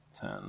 Ten